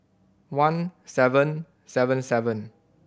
one seven seven seven